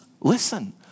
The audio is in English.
listen